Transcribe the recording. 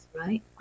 right